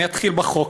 אני אתחיל בחוק.